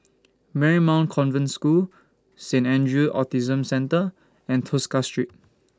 Marymount Convent School Saint Andrew's Autism Centre and Tosca Street